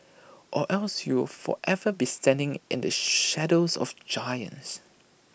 or else you will forever be standing in the shadows of giants